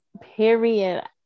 Period